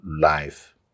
life